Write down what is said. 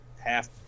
half